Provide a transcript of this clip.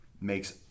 makes